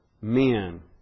men